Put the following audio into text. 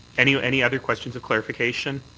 any any other questions of clarification?